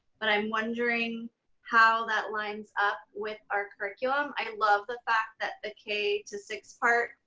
but i'm wondering how that lines up with our curriculum. i love the fact that the k to six part,